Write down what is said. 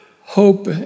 Hope